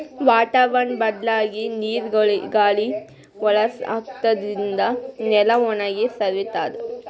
ವಾತಾವರ್ಣ್ ಬದ್ಲಾಗಿ ನೀರ್ ಗಾಳಿ ಹೊಲಸ್ ಆಗಾದ್ರಿನ್ದ ನೆಲ ಒಣಗಿ ಸವಿತದ್